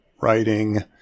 writing